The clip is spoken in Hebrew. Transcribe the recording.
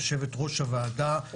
יושבת-ראש הוועדה,